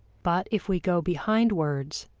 but if we go behind words,